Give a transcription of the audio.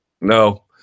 No